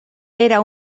era